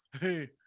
hey